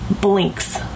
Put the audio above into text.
blinks